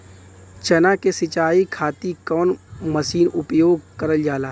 चना के सिंचाई खाती कवन मसीन उपयोग करल जाला?